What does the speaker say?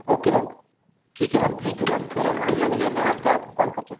okay ma'am ठीक है ma'am thank you ma'am फ़िर हम लोग लेने आते हैं आपको कॉल करके